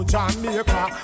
Jamaica